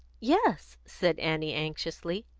yes, said annie anxiously.